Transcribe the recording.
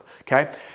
Okay